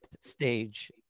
stage